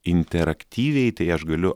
interaktyviai tai aš galiu